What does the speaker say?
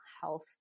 health